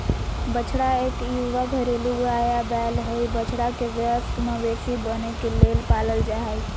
बछड़ा इक युवा घरेलू गाय या बैल हई, बछड़ा के वयस्क मवेशी बने के लेल पालल जा हई